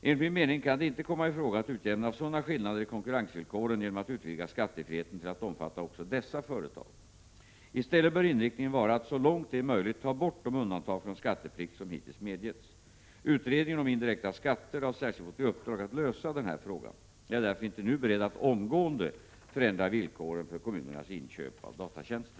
Enligt min mening kan det inte komma i fråga att utjämna sådana skillnader i konkurrensvillkoren genom att utvidga skattefriheten till att omfatta också dessa företag. I stället bör inriktningen vara att så långt det är möjligt ta bort de undantag från skatteplikt som hittills medgetts. Utredningen om indirekta skatter har särskilt fått i uppdrag att lösa denna fråga. Jag är därför inte nu beredd att omgående förändra villkoren för kommunernas inköp av datatjänster.